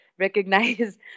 recognize